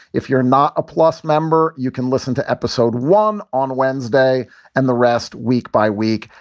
if you're not a plus member, you can listen to episode one on wednesday and the rest week by week.